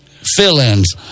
fill-ins